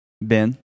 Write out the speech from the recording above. Ben